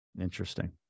Interesting